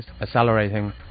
accelerating